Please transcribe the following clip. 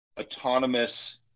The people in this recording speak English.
autonomous